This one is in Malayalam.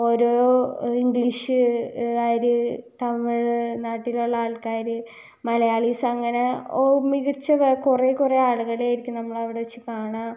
ഓരോ ഇംഗ്ലീഷുകാർ തമിഴ്നാട്ടിലുള്ള ആൾക്കാർ മലയാളീസ് അങ്ങനെ ഓ മികച്ച കുറേ കുറേ ആളുകളെ ആയിരിക്കും നമ്മൾ അവിടെ വെച്ച് കാണുക